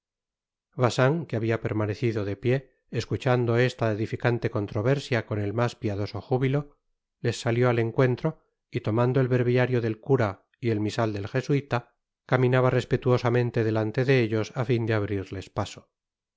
bacin que habia permanecido de pié escuchando esta edificante controversia con el mas piadoso júbilo les salió al encuentro y tomando el breviario del cura y el misal del jesuita caminaba respetuosamente delante de ellos á fin de abrirles paso